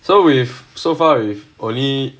so we've so far we've only